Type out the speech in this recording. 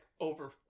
over